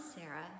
Sarah